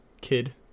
kid